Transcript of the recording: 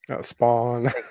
Spawn